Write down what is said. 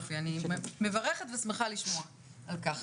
יופי, אני מברכת ושמחה לשמוע על כך.